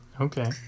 Okay